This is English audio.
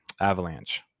avalanche